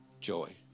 joy